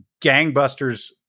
gangbusters